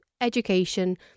education